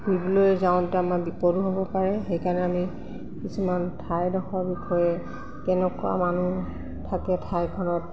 ফুৰিবলৈ যাওঁতে আমাৰ বিপদো হ'ব পাৰে সেইকাৰণে আমি কিছুমান ঠাইডোখৰ বিষয়ে কেনেকুৱা মানুহ থাকে ঠাইখনত